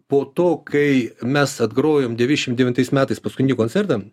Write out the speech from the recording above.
po to kai mes atgrojom devyniasdešim devintais metais paskutinį koncertą